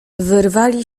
wyrwali